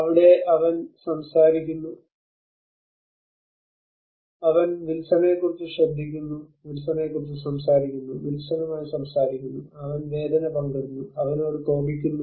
ഇവിടെ അവൻ സംസാരിക്കുന്നു അവൻ വിൽസനെക്കുറിച്ച് ശ്രദ്ധിക്കുന്നു വിൽസനെക്കുറിച്ച് സംസാരിക്കുന്നു വിൽസണുമായി സംസാരിക്കുന്നു അവൻ വേദന പങ്കിടുന്നു അവനോട് കോപിക്കുന്നു